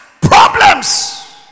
problems